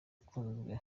ukunze